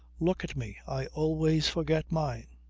look at me. i always forget mine.